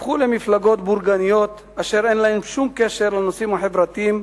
הפכו למפלגות בורגניות אשר אין להן שום קשר לנושאים החברתיים,